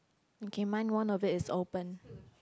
okay mine one of it is open